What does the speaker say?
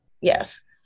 Yes